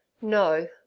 no